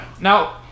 Now